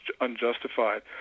unjustified